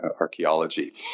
archaeology